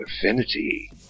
affinity